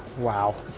wow